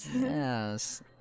Yes